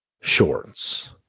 shorts